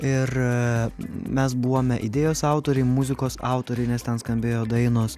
ir mes buvome idėjos autoriai muzikos autoriai nes ten skambėjo dainos